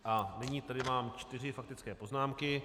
A nyní tady mám čtyři faktické poznámky.